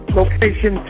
location